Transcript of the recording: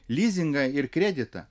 lizingą ir kreditą